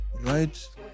right